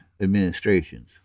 administrations